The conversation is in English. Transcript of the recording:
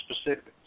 specifics